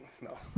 No